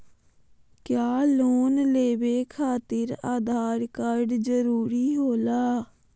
क्या लोन लेवे खातिर आधार कार्ड जरूरी होला?